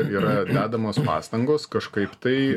yra damos pastangos kažkaip tai